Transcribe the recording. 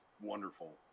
wonderful